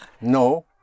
No